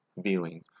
viewings